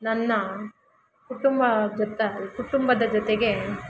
ನನ್ನ ಕುಟುಂಬ ಜೊತೆ ಕುಟುಂಬದ ಜೊತೆಗೆ